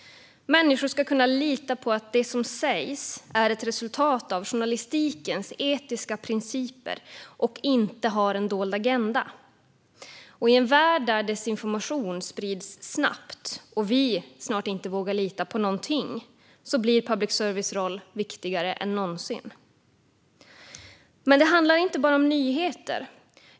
Människor ska kunna lita på att det som sägs är ett resultat av journalistikens etiska principer och inte har en dold agenda. I en värld där desinformation sprids snabbt, och vi snart inte vågar lita på någonting, blir public services roll viktigare än någonsin. Men det handlar inte bara om nyheter.